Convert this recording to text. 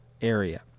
area